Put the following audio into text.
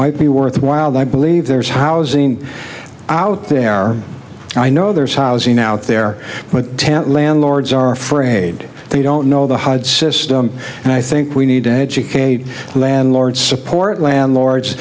might be worthwhile but i believe there's housing out there and i know there's housing out there but tent landlords are afraid they don't know the hud system and i think we need to educate the landlords support landlords